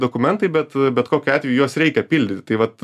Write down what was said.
dokumentai bet bet kokiu atveju juos reikia pildyti tai vat